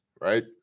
right